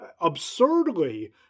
absurdly